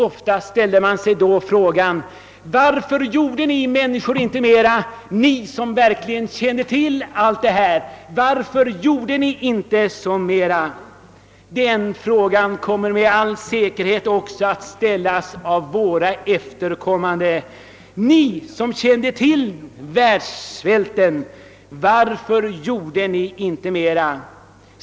Ofta ställde man sig då frågan varför de som kände till alla dessa grymheter inte gjorde någonting. Den frågan kommer med all säkerhet också att ställas av våra efterkommande: Varför gjorde ni som kände till världssvälten inte mera?